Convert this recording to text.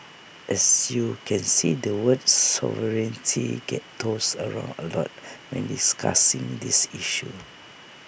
as you can see the word sovereignty gets tossed around A lot when discussing this issue